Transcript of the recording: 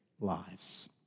lives